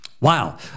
Wow